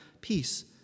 peace